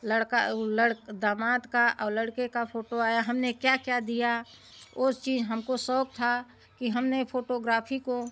लड़का उ लड़ दामाद का औ लड़के का फ़ोटो आया हमने क्या क्या दिया उस चीज़ हमको शौक़ था कि हमने फ़ोटोग्राफ़ी को